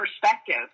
perspective